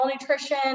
nutrition